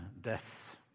deaths